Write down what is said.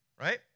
right